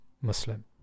Muslim